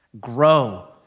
grow